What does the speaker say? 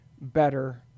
better